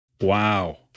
Wow